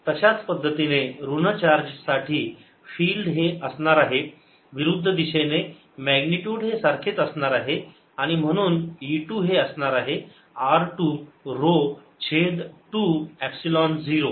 2πr1lr12l0ρ ∴E1r120 तशाच पद्धतीने ऋण चार्ज साठी फिल्ड हे असणार आहे विरुद्ध दिशेने मॅग्निट्युड हे सारखेच असणार आहे आणि म्हणून E 2 हे असणार आहे r 2 ऱ्हो छेद 2 एपसिलोन 0